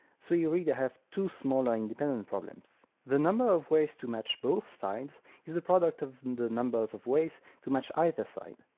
so we really have two smaller independent problems. the number of ways to match both sides is the product of the numbers of ways to match either side,